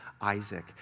Isaac